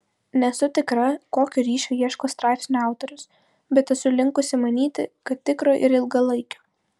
nesu tikra kokio ryšio ieško straipsnio autorius bet esu linkusi manyti kad tikro ir ilgalaikio